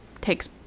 takes